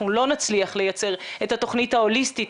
לא נצליח לייצר את התוכנית ההוליסטית,